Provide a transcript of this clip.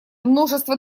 множество